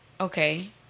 okay